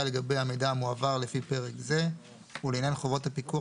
לגבי המידע המועבר לפי פרק זה ולעניין חובות הפיקוח